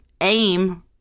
aim